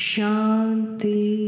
Shanti